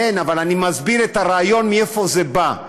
כן, אבל אני מסביר את הרעיון, מאיפה זה בא.